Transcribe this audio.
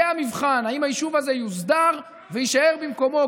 זה המבחן: האם היישוב הזה יוסדר ויישאר במקומו,